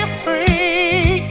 free